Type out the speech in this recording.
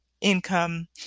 income